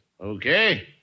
Okay